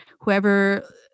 whoever